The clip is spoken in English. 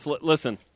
Listen